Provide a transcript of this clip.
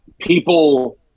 People